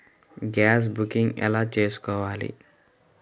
Gas booking ఎలా చేసుకోవాలి?